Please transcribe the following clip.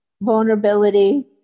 vulnerability